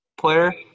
player